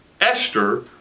Esther